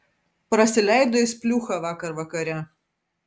prasileido jis pliūchą vakar vakare